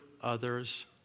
others